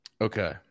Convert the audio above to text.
Okay